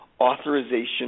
Authorization